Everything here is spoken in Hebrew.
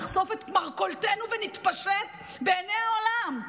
נחשוף את מרכולתנו ונתפשט בעיני העולם.